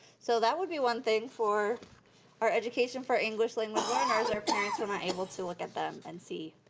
so that would be one thing for our education for english language learners, our parents are not able to look at them and see.